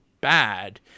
bad